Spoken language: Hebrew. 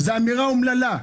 זו אמירה אומללה,